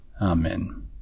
Amen